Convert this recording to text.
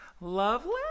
Lovely